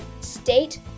state